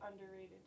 underrated